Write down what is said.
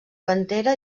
pantera